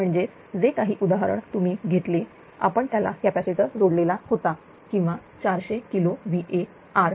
म्हणजेच जे काही उदाहरण तुम्ही घेतले आपण त्याला कॅपॅसिटर जोडलेला होता किंवा 400 किलो VAr